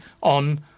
on